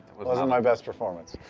wasn't my best performance.